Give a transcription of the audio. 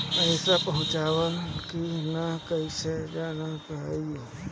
पैसा पहुचल की न कैसे जानल जाइ?